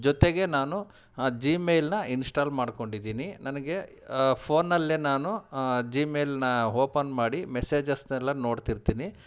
ಜೊತೆಗೆ ನಾನು ಜಿಮೇಲನ್ನ ಇನ್ಸ್ಟಾಲ್ ಮಾಡ್ಕೊಂಡಿದ್ದೀನಿ ನನಗೆ ಫೋನ್ನಲ್ಲೇ ನಾನು ಜಿಮೇಲನ್ನ ಓಪನ್ ಮಾಡಿ ಮೆಸೇಜಸ್ನೆಲ್ಲ ನೋಡ್ತಿರ್ತೀನಿ